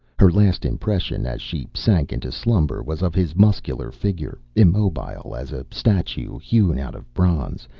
her last impression, as she sank into slumber, was of his muscular figure, immobile as a statue hewn out of bronze,